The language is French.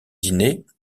dîner